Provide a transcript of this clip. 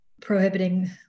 prohibiting